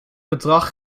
bedrag